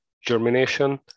germination